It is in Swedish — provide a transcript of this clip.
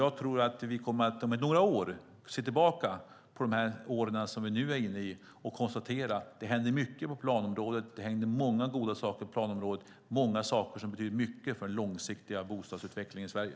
När vi om några år ser tillbaka på detta kommer vi att kunna konstatera att det hände mycket på planområdet, att det hände många goda saker som betytt mycket för den långsiktiga bostadsutvecklingen i Sverige.